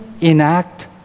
enact